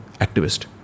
activist